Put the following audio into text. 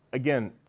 again,